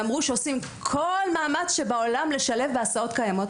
ואמרו שעושים כל מאמץ שבעולם לשלב בהסעות קיימות.